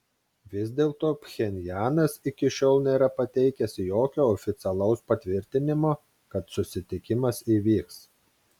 vis dėlto pchenjanas iki šiol nėra pateikęs jokio oficialaus patvirtinimo kad susitikimas įvyks